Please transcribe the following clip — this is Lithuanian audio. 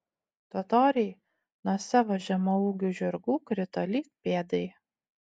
totoriai nuo savo žemaūgių žirgų krito lyg pėdai